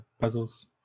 puzzles